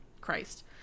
christ